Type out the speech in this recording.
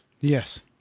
yes